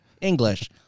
English